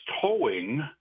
towing